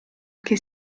che